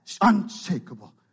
Unshakable